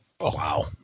Wow